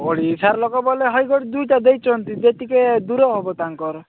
ଓଡ଼ିଶାର୍ ଲୋକ ବଲେ ହଇଗଡ଼ ଦୁଇଟା ଦେଇଚନ୍ତି ଯେତିକି ଦୂର ହବ ତାଙ୍କର